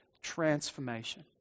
transformation